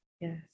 Yes